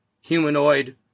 humanoid